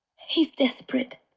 he is desperate.